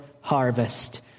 harvest